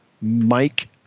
Mike